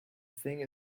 thing